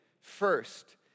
first